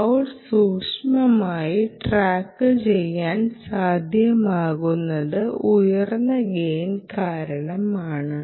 Vout സൂക്ഷ്മമായി ട്രാക്കുചെയ്യാൻ സാധ്യമാകുന്നത് ഉയർന്ന ഗെയിൻ കാരണം ആണ്